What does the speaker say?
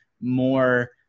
more